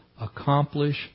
accomplish